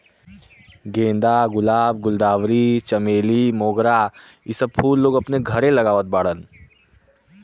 गेंदा, गुलाब, गुलदावरी, चमेली, मोगरा इ सब फूल लोग अपने घरे लगावत बाड़न